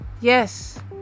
Yes